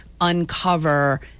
uncover